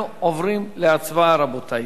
אנחנו עוברים להצבעה, רבותי.